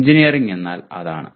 engineering എന്നാൽ അതാണ്